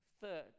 Third